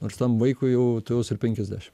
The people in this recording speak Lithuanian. nors tam vaikui jau tuojaus ir penkiasdešim